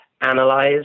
analyze